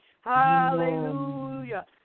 Hallelujah